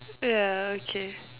ya okay